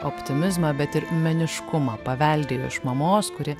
optimizmą bet ir meniškumą paveldėjo iš mamos kuri